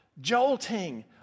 jolting